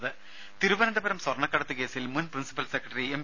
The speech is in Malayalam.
രുമ തിരുവനന്തപുരം സ്വർണ്ണക്കടത്തു കേസിൽ മുൻ പ്രിൻസിപ്പൽ സെക്രട്ടറി എം